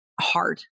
hard